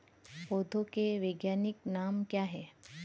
पौधों के वैज्ञानिक नाम क्या हैं?